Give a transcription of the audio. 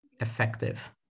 effective